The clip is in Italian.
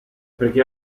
perché